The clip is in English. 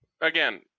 again